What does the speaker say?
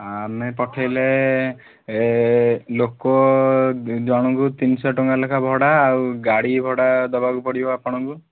ଆମେ ପଠାଇଲେ ଲୋକ ଜଣକୁ ତିନିଶହ ଟଙ୍କା ଲେଖାଁ ଭଡ଼ା ଗାଡ଼ିଭଡ଼ା ଦେବାକୁ ପଡ଼ିବ ଆପଣଙ୍କୁ